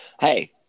hey